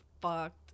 fucked